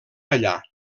allà